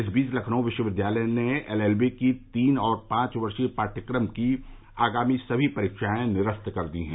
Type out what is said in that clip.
इस बीच लखनऊ विश्वविद्यालय ने एल एल बी की तीन और पांच वर्षीय पाठ्यक्रम की आगामी सभी परीक्षाएं निरस्त कर दी है